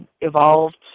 evolved